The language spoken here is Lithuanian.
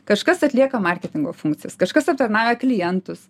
kažkas atlieka marketingo funkcijas kažkas aptarnauja klientus